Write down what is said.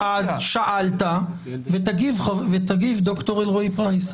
זה שמרצפים בדרום אפריקה זה לא אומר שזה לא הגיע ממקום אחר.